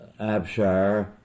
Abshire